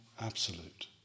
absolute